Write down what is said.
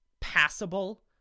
passable